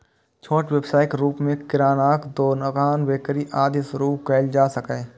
छोट व्यवसायक रूप मे किरानाक दोकान, बेकरी, आदि शुरू कैल जा सकैए